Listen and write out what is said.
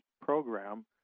program